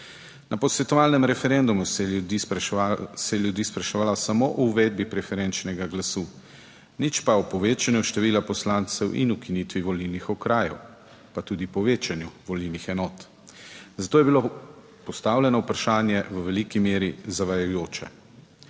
Na posvetovalnem referendumu se je ljudi, se je ljudi spraševala samo o uvedbi preferenčnega glasu, nič pa o povečanju števila poslancev in ukinitvi volilnih okrajev, pa tudi povečanju volilnih enot. Zato je bilo postavljeno vprašanje v veliki meri zavajajoče.